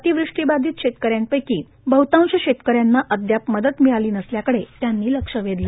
अतिवृष्टीबाधित शेतकऱ्यांपैकी बहतांश शेतकऱ्यांना अद्याप मदत मिळाली नसल्याकडे त्यांनी लक्ष वेधलं